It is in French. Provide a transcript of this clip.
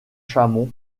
chamond